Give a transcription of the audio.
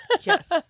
Yes